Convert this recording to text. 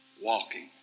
walking